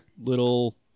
little